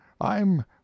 I'm